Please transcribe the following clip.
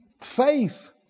faith